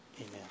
Amen